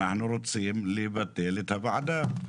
אנחנו רוצים לבטל את הוועדה.